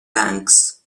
banks